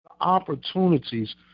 opportunities